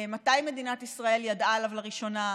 מתי מדינת ישראל ידעה עליו לראשונה,